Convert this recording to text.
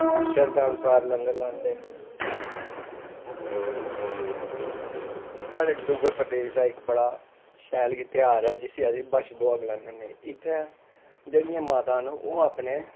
शरदा अनुसार लंगर लांदे साढ़े डुग्गर प्रदेश दा इक बड़ा शैल गै तेहार ऐ जिस्सी अस बच्छदुआ गलाने होन्ने इत्थै जेह्ड़ियां मातां न ओह् अपने